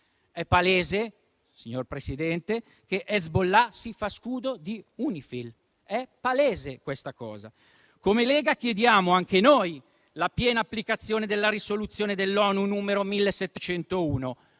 È palese, signor Presidente, che Hezbollah si faccia scudo di UNIFIL. È palese questa cosa. Come Lega, chiediamo anche noi la piena applicazione della risoluzione dell'ONU n. 1701,